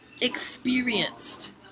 Experienced